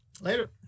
Later